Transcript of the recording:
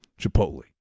Chipotle